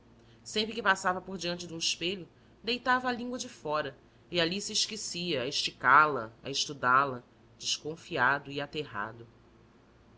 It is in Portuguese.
sempre que passava por diante de um espelho deitava a língua de fora e ali se esquecia a esticá la a estudá la desconfiado e aterrado